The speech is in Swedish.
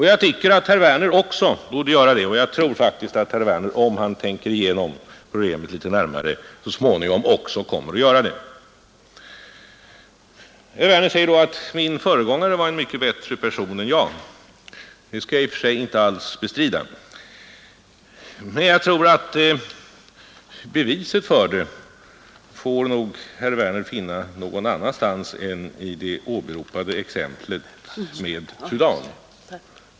Jag tycker att herr Werner i Malmö också borde göra det, ZY vissa folkgrupper och jag tror faktiskt att han, om han tänker igenom problemet litet i mottagarländer närmare, så småningom också kommer att göra det. för svenskt utvecklingsbistånd Herr Werner säger att min föregångare var en mycket bättre person än jag. Det skall jag i och för sig inte alls bestrida, men jag tror att beviset för det får herr Werner finna någon annanstans än i det åberopade exemplet med Sudan.